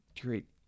great